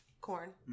corn